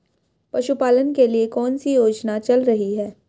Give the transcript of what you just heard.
पशुपालन के लिए कौन सी योजना चल रही है?